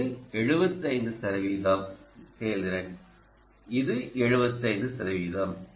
இது 75 சதவீத செயல்திறன் இது 75 சதவீதம்